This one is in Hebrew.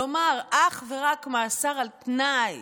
כלומר אך ורק מאסר על-תנאי